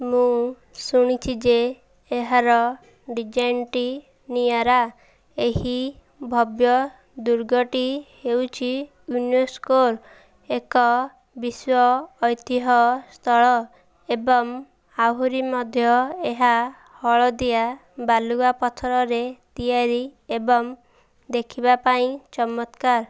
ମୁଁ ଶୁଣିଛି ଯେ ଏହାର ଡିଜାଇନ୍ଟି ନିଆରା ଏହି ଭବ୍ୟ ଦୁର୍ଗଟି ହେଉଛି ୟୁନେସ୍କୋର ଏକ ବିଶ୍ୱ ଐତିହ୍ୟ ସ୍ଥଳ ଏବଂ ଆହୁରି ମଧ୍ୟ ଏହା ହଳଦିଆ ବାଲୁକାପଥରରେ ତିଆରି ଏବଂ ଦେଖିବା ପାଇଁ ଚମତ୍କାର